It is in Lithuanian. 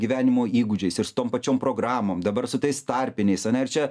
gyvenimo įgūdžiais ir su tom pačiom programom dabar su tais tarpiniais ane ir čia